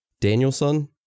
danielson